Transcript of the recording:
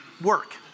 Work